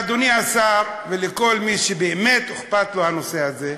אדוני השר, וכל מי שבאמת אכפת לו הנושא הזה,